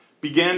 began